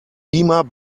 beamer